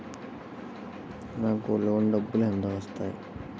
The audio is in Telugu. నాకు లోన్ డబ్బులు ఎంత వస్తాయి?